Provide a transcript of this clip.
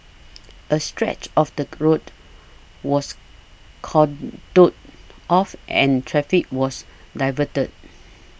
a stretch of the road was cordoned off and traffic was diverted